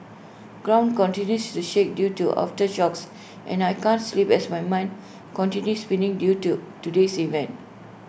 ground continues to shake due to aftershocks and I can't sleep as my mind continue spinning due to today's events